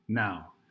Now